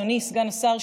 אדוני סגן השר,